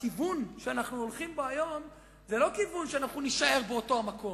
הכיוון שאנחנו הולכים בו היום זה לא כיוון שאנחנו נישאר באותו המקום.